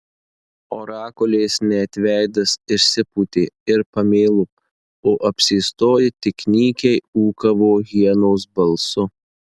orakulės net veidas išsipūtė ir pamėlo o apsėstoji tik nykiai ūkavo hienos balsu